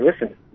listen